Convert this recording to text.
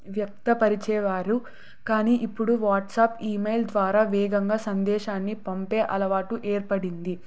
వ్యక్తపరిచేవారు కానీ ఇప్పుడు WhatsApp email ద్వారా వేగంగా సందేశాన్ని పంపే అలవాటు ఏర్పడింది